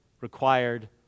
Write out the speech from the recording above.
required